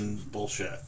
bullshit